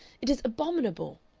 it is abominable